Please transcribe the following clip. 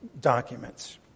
documents